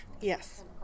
Yes